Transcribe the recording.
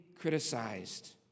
criticized